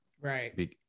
Right